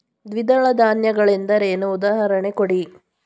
ದ್ವಿದಳ ಧಾನ್ಯ ಗಳೆಂದರೇನು, ಉದಾಹರಣೆ ಕೊಡಿ?